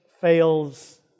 fails